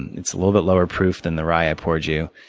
it's a little bit lower proof than the rye i poured you,